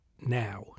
now